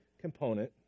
component